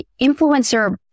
influencer